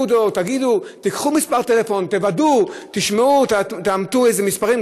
תיקחו מספר טלפון, תוודאו, תשמעו, תאמתו מספרים.